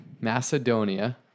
Macedonia